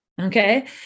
Okay